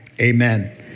amen